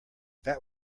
that